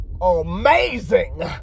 amazing